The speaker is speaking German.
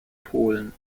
polen